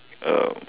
um